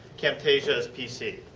camtasia is pc.